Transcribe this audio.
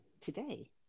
today